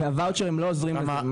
והוואוצ'רים לא עוזרים בזה.